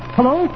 Hello